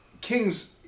King's